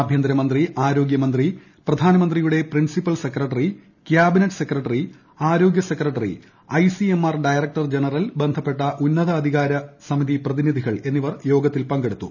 ആഭ്യന്തരമന്ത്രി ആരോഗ്യമന്ത്രി പ്രധാനമന്ത്രിയുടെ പ്രിൻസിപ്പൽ സെക്രട്ടറി കാബിനറ്റ് സെക്രട്ടറി ആരോഗ്യ സെക്രട്ടറി ഐസിഎംആർ ഡയറക്ടർ ജനറൽ ബന്ധപ്പെട്ട ഉന്നതാധികാരസമിതി പ്രതിനിധികൾ എന്നിവർ യോഗത്തിൽ പങ്കെടുത്തു